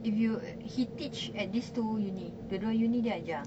if you he teach at these two uni dua-dua uni dia ajar